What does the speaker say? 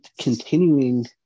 continuing